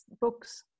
books